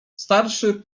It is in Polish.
starszy